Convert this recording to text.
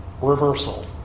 Reversal